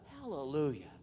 Hallelujah